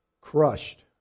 crushed